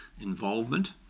involvement